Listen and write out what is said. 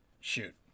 Shoot